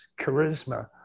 charisma